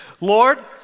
Lord